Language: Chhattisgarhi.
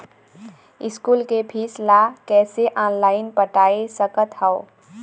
स्कूल के फीस ला कैसे ऑनलाइन पटाए सकत हव?